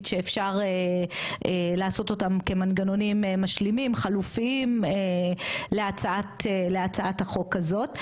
שאפשר לעשות אותם כמנגנונים משלימים חלופיים להצעת החוק הזאת,